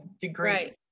degree